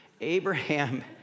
Abraham